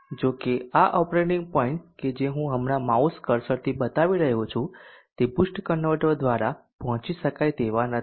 જો કે આ ઓપરેટિંગ પોઇન્ટ્સ કે જે હું હમણાં માઉસ કર્સરથી બતાવી રહ્યો છું તે બુસ્ટ કન્વર્ટર દ્વારા પહોંચી શકાય તેવા નથી